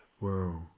Wow